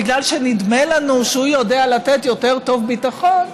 בגלל שנדמה לנו שהוא יודע לתת יותר טוב ביטחון,